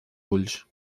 ulls